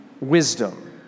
wisdom